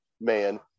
man